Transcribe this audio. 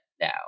now